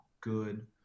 good